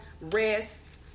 rest